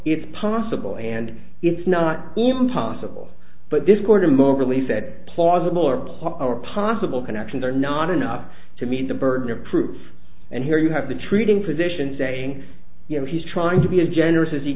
it's possible and it's not even possible but this court i'm overly said plausible or papa or possible connections are not enough to meet the burden of proof and here you have the treating physician saying you know he's trying to be as generous as